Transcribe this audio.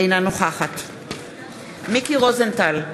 אינה נוכחת מיקי רוזנטל,